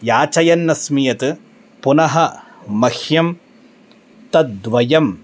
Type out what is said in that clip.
याचयन्नस्मि यत् पुनः मह्यं तद्वयं